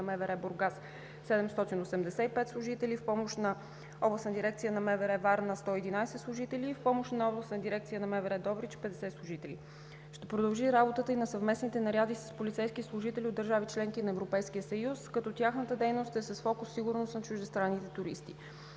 МВР – Бургас, 785 служители; в помощ на Областна дирекция на МВР – Варна, 111 служители; в помощ на Областна дирекция на МВР – Добрич, 50 служители. Ще продължи работата и на съвместните наряди с полицейски служители от държавите – членки на Европейския съюз, като тяхната дейност е с фокус: сигурност на чуждестранните туристи.